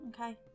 Okay